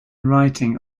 writing